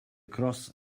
cross